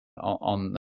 on